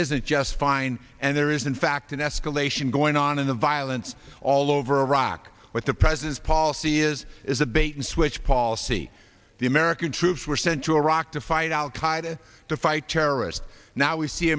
isn't just fine and there is in fact an escalation going on in the violence all over iraq what the president's policy is is a bait and switch policy the american troops were sent to iraq to fight al qaida to fight terrorists now we see